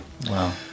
Wow